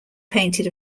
painted